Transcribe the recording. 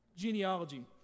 genealogy